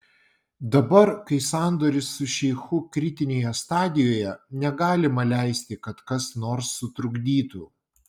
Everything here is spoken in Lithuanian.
dabar kai sandoris su šeichu kritinėje stadijoje negalima leisti kad kas nors sutrukdytų